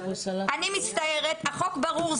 אני מצטערת, החוק ברור.